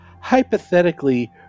hypothetically